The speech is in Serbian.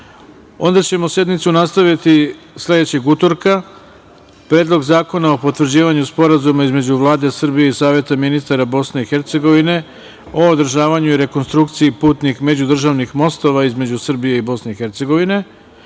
ćemo nastaviti sledećeg utorka, Predlog zakona o potvrđivanju Sporazuma između Vlade Srbije i Saveta ministara Bosne i Hercegovine o održavanju i rekonstrukciji putnih međudržavnih mostova između Republike Srbije i Bosne i Hercegovine.U